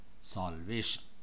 salvation